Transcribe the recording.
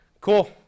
Cool